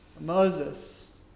Moses